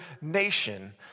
nation